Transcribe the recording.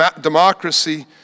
democracy